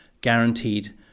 guaranteed